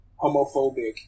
homophobic